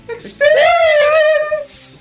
Experience